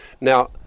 Now